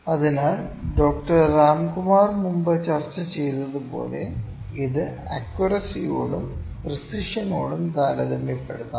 അതിനാൽ ഡോക്ടർ രാംകുമാർ മുമ്പ് ചർച്ച ചെയ്തതുപോലെ ഇത് അക്കുറസിയോടും പ്രിസിഷനോടും താരതമ്യപ്പെടുത്താം